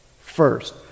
first